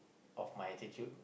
of my attitude